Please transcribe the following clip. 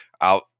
out